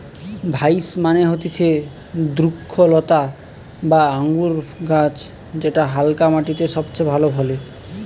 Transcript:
vines মানে হতিছে দ্রক্ষলতা বা আঙুরের গাছ যেটা হালকা মাটিতে সবচে ভালো ফলে